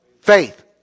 Faith